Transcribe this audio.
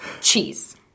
cheese